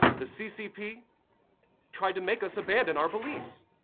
the ccp tried to make us abandon our beliefs